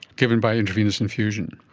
given by intravenous infusion?